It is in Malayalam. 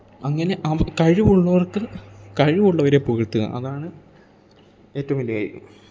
അങ്ങനെ അവ് കഴിവുള്ളവർക്ക് കഴിവുള്ളവരേ പുകഴ്ത്തുക അതാണ് ഏറ്റോം വലിയ കാര്യം